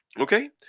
Okay